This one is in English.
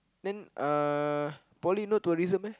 then uh poly no tourism meh